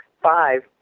five